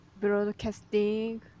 broadcasting